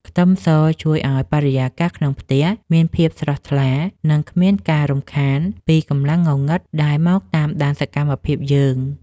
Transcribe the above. ខ្ទឹមសជួយឱ្យបរិយាកាសក្នុងផ្ទះមានភាពស្រស់ថ្លានិងគ្មានការរំខានពីកម្លាំងងងឹតដែលមកតាមដានសកម្មភាពយើង។